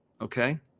okay